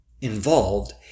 involved